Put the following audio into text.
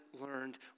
learned